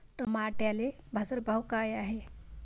टमाट्याले बाजारभाव काय हाय?